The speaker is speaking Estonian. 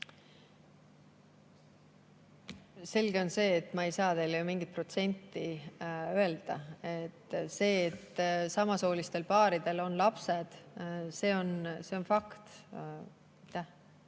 Selge on see, et ma ei saa teile ju mingit protsenti öelda. See, et samasoolistel paaridel on lapsed, on fakt.